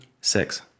six